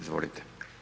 Izvolite.